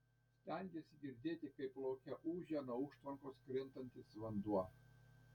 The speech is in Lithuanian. stengėsi girdėti kaip lauke ūžia nuo užtvankos krintantis vanduo